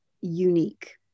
unique